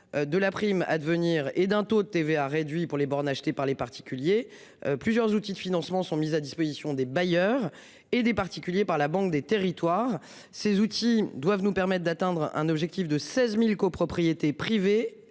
De la prime à devenir et d'un taux de TVA réduit pour les bornes achetés par les particuliers. Plusieurs outils de financement sont mises à disposition des bailleurs et des particuliers par la banque des territoires, ces outils doivent nous permettent d'atteindre un objectif de 16.000 copropriétés privées